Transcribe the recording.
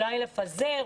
אולי לפזר,